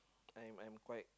I'm I'm quite